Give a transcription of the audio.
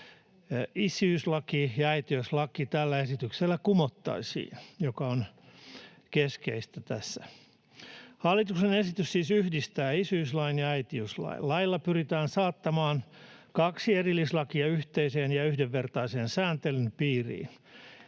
Isyyslaki ja äitiyslaki tällä esityksellä kumottaisiin, mikä on keskeistä tässä. Hallituksen esitys siis yhdistää isyyslain ja äitiyslain. Lailla pyritään saattamaan kaksi erillislakia yhteisen ja yhdenvertaisen sääntelyn piiriin.